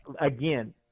again